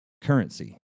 currency